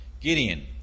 Gideon